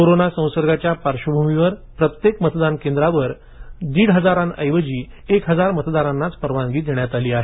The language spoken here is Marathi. कोरोना संसर्गाच्या पार्श्वभूमीवर प्रत्येक मतदान केंद्रावर दीड हजार ऐवजी एक हजार मतदारांनाच परवानगी देण्यात आली आहे